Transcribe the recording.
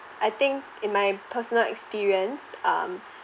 I think in my personal experience um